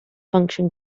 function